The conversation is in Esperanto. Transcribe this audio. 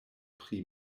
pri